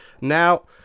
Now